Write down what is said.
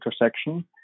intersection